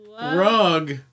rug